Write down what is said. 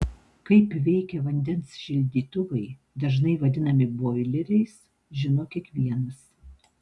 kaip veikia vandens šildytuvai dažnai vadinami boileriais žino kiekvienas